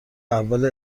اول